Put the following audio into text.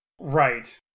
Right